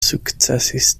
sukcesis